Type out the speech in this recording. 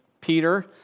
Peter